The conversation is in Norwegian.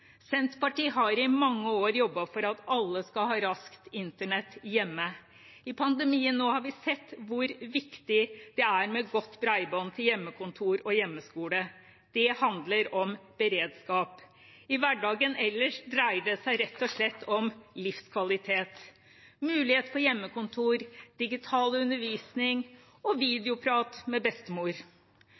Senterpartiet har i mange år jobbet for at alle skal ha raskt internett hjemme. I pandemien nå har vi sett hvor viktig det er med godt bredbånd til hjemmekontor og hjemmeskole. Det handler om beredskap. I hverdagen ellers dreier det seg rett og slett om livskvalitet – mulighet for hjemmekontor, digital undervisning og videoprat med bestemor.